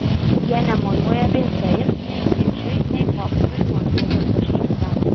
jie nemojuoja vėzdais nei kičui nei popsui nors juos atpažįsta